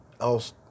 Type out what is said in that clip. else